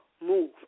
move